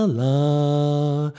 la